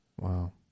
wow